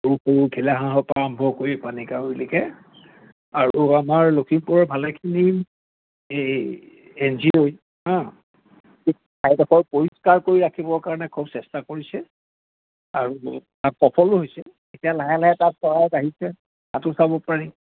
সৰু সৰু ঘিলা হাঁহৰ পৰা আৰম্ভ কৰি পানী কাউৰীলেকে আৰু আমাৰ লখিমপুৰৰ ভালেখিনি এই এন জি অ'ই হা ঠাইডখৰ পৰিষ্কাৰ কৰি ৰাখিবৰ কাৰণে খুব চেষ্টা কৰিছে আৰু তাত সফলো হৈছে এতিয়া লাহে লাহে তাত তাতো চাব পাৰি